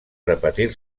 repetir